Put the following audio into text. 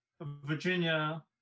virginia